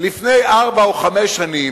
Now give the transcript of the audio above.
לפני ארבע או חמש שנים,